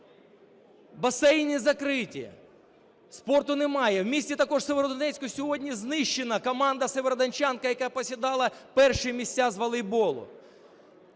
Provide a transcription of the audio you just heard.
басейни закриті. Спорту немає. В місті також Сєвєродонецьку сьогодні знищена команда "Сєвєродончанка", яка посідала перші місця з волейболу.